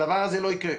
הדבר הזה לא יקרה'.